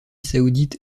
saoudite